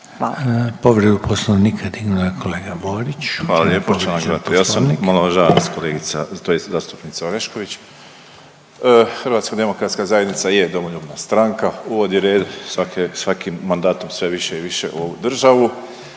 povrijeđen Poslovnik? **Borić, Josip (HDZ)** Hvala lijepo. Članak 238. omalovažava nas kolegica tj. zastupnica Orešković. Hrvatska demokratska zajednica je domoljubna stranka, uvodi red svakim mandatom sve više i više u ovu državu.